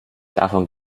davon